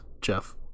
Jeff